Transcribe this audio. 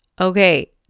Okay